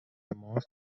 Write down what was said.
ماست